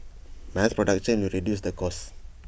mass production will reduce the cost